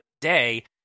day